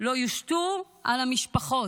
לא יושתו על המשפחות.